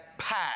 pack